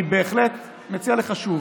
אני בהחלט מציע לך שוב,